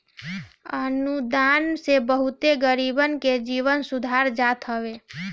अनुदान से बहुते गरीबन के जीवन सुधार जात हवे